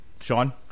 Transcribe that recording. Sean